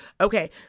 okay